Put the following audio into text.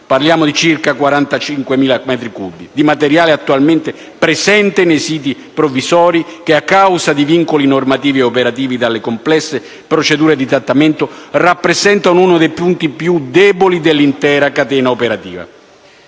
Parliamo di circa 40.000 metri cubi di materiale attualmente presente nei siti provvisori che, a causa di vincoli normativi ed operativi e dalle complesse procedure di trattamento, rappresentano uno dei punti più deboli dell'intera catena operativa.